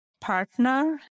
partner